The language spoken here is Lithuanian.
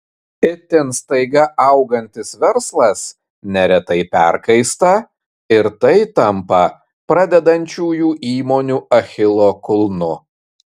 itin staiga augantis verslas neretai perkaista ir tai tampa pradedančiųjų įmonių achilo kulnu